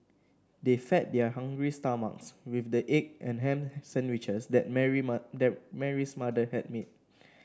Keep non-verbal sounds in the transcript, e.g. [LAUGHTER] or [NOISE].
they fed their hungry stomachs with the egg and ham sandwiches that Mary [UNINTELLIGIBLE] that Mary's mother had made